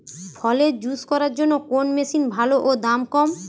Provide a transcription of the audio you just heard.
ফলের জুস করার জন্য কোন মেশিন ভালো ও দাম কম?